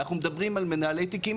אנחנו מדברים על מנהלי תיקים,